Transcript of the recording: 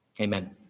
Amen